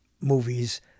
movies